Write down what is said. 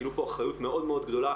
גילו פה אחריות מאוד גדולה,